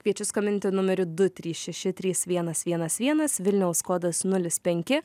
kviečiu skambinti numeriu du trys šeši trys vienas vienas vienas vilniaus kodas nulis penki